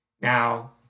Now